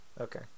Okay